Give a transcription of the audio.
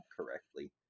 correctly